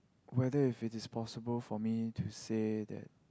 weather if it disposable for me to say that